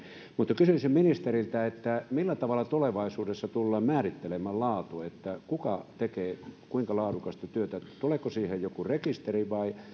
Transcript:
mutta kysyisin ministeriltä millä tavalla tulevaisuudessa tullaan määrittelemään laatu se kuka tekee kuinka laadukasta työtä tuleeko siihen joku rekisteri vai